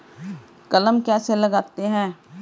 कलम कैसे लगाते हैं?